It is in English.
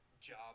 job